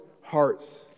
hearts